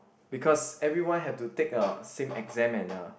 because everyone have to take a same exam and uh